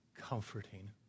comforting